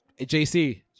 JC